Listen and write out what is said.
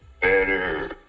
better